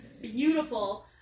beautiful